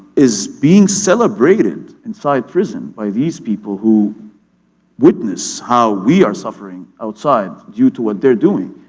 is being celebrated inside prison by these people who witness how we are suffering outside due to what they're doing.